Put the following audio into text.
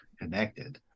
connected